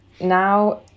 now